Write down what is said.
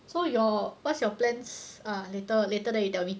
so your what's your plans ah later later then you tell me